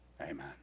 Amen